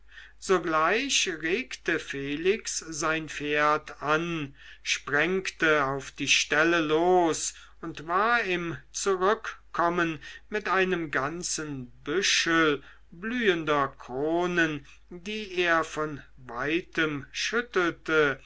sogleich regte felix sein pferd an sprengte auf die stelle los und war im zurückkommen mit einem ganzen büschel blühender kronen die er von weitem schüttelte